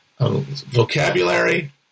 Vocabulary